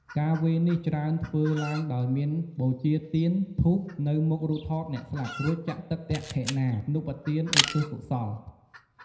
ការវេរនេះច្រើនធ្វើឡើងដោយមានបូជាទៀនធូបនៅមុខរូបថតអ្នកស្លាប់ រួចចាក់ទឹកទក្សិណានុប្បទានឧទ្ទិសកុសល។